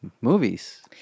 movies